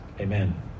amen